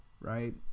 right